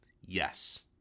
Yes